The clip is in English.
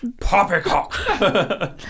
Poppycock